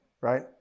right